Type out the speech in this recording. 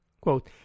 Quote